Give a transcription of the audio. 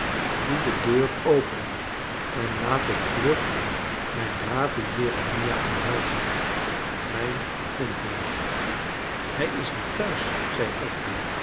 doe de deur open en laat ik vlug mijn braven jeremia omhelzen mijn flintwinch hij is niet thuis zei